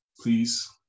please